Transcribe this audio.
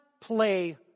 play